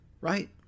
right